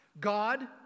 God